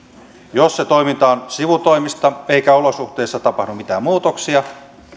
se toiminta on sivutoimista eikä olosuhteissa tapahdu mitään muutoksia niin se